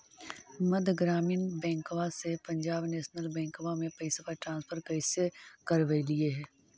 मध्य ग्रामीण बैंकवा से पंजाब नेशनल बैंकवा मे पैसवा ट्रांसफर कैसे करवैलीऐ हे?